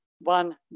one